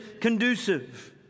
conducive